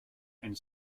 and